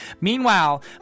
Meanwhile